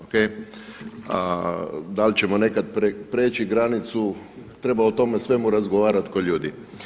O.k. A da li ćemo nekad prijeći granicu treba o tome svemu razgovarati ko ljudi.